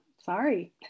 sorry